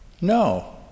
No